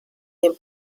dem